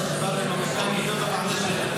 אדוני השר, דיברנו עם המנכ"ל, אוקיי.